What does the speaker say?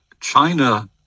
china